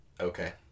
Okay